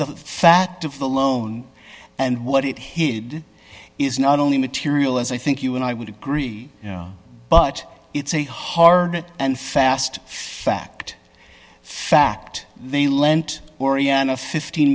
the fact of the loan and what it hid is not only material as i think you and i would agree but it's a hard and fast fact fact they lent oriana fifteen